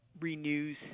renews